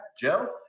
Joe